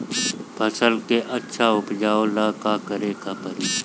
फसल के अच्छा उपजाव ला का करे के परी?